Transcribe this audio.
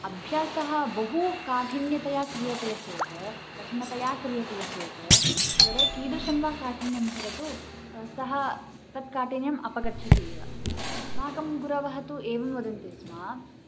अभ्यासः बहु काठिन्यतया क्रियते चेत् कठिनतया क्रियते चेत् स्वरे कीदृशं वा काठिन्यं भवतु सः तत् काठिन्यम् अपगच्छति एव अस्माकं गुरवः तु एवं वदन्ति स्म